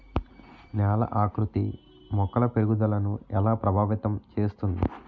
నేల ఆకృతి మొక్కల పెరుగుదలను ఎలా ప్రభావితం చేస్తుంది?